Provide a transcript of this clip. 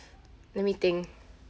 let me think